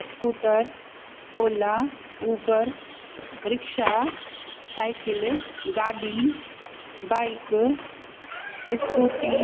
scooter Ola Uber rickshaw cycle गाॾी bike scooty